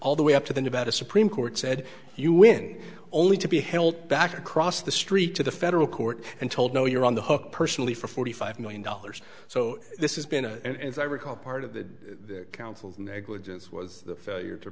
all the way up to the nevada supreme court said you win only to be held back across the street to the federal court and told no you're on the hook personally for forty five million dollars so this is been a as i recall part of the council negligence was the failure to